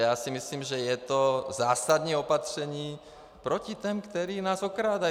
Já si myslím, že je to zásadní opatření proti těm, kteří nás všechny okrádají.